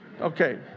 Okay